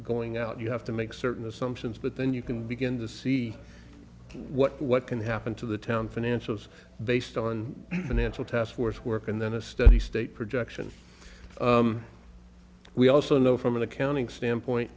going out you have to make certain assumptions but then you can begin to see what what can happen to the town financials based on financial task force work and then a steady state projection we also know from an accounting standpoint